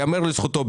ייאמר לזכותו,